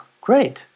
Great